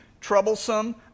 troublesome